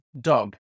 dog